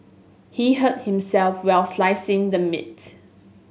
he hurt himself while slicing the meat